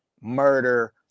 murder